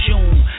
June